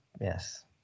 yes